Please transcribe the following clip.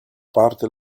parte